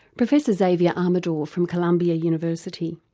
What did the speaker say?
professor xavier armador from columbia university.